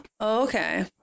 Okay